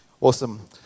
Awesome